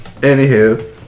Anywho